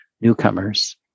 newcomers